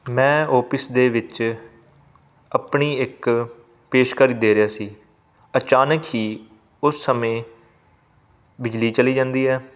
ਮੈਂ ਓਫਿਸ ਦੇ ਵਿੱਚ ਆਪਣੀ ਇੱਕ ਪੇਸ਼ਕਾਰੀ ਦੇ ਰਿਹਾ ਸੀ ਅਚਾਨਕ ਹੀ ਉਸ ਸਮੇਂ ਬਿਜਲੀ ਚਲੀ ਜਾਂਦੀ ਹੈ